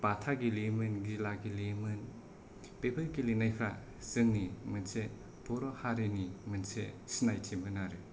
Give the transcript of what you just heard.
बाथा गेलेयोमोन गिला गेलेयोमोन बेफोर गेलेनायफोरा जोंनि हारिनि मोनसे बर' सिनायथिमोन आरो